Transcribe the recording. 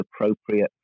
appropriate